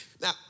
Now